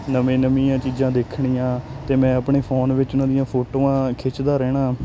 ਨਵੇਂ ਨਵੀਆਂ ਚੀਜ਼ਾਂ ਦੇਖਣੀਆਂ ਅਤੇ ਮੈਂ ਆਪਣੇ ਫੋਨ ਵਿੱਚ ਉਹਨਾਂ ਦੀਆਂ ਫੋਟੋਆਂ ਖਿੱਚਦਾ ਰਹਿਣਾ